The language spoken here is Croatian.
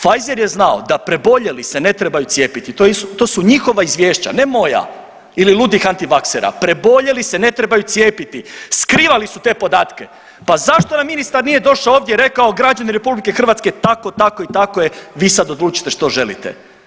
Pfizer je znao da preboljeli se ne trebaju cijepiti, to su njihova izvješća, ne moja ili ludih antivaksera, preboljeli se ne trebaju cijepiti, skrivali su te podatke, pa zašto nam ministar nije došao ovdje i rekao građani RH tako, tako i tako je, vi sad odlučite što želite.